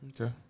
Okay